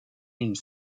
une